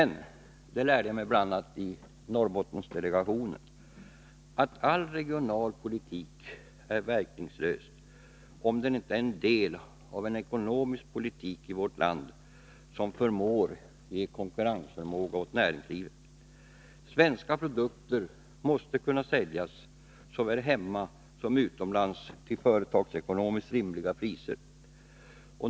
Jag lärde mig emellertid i Norrbottensdelegationen att all regionalpolitik är verkningslös, om den inte är en del av en ekonomisk politik i vårt land som förmår ge konkurrensförmåga åt näringslivet. Svenska produkter måste kunna säljas, såväl hemma som utomlands, till företagsekonomiskt rimliga priser.